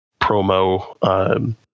promo